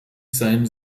sein